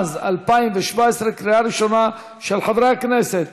התשע"ז 2017, בקריאה ראשונה, של חברי הכנסת